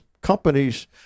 companies